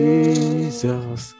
Jesus